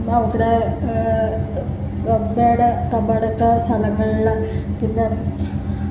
അവർക്കടെ റബ്ബെടെ ഖബറടക്കണ സ്ഥലങ്ങളിൽ പിന്നെ